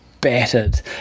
battered